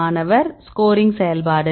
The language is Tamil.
மாணவர் ஸ்கோரிங் செயல்பாடு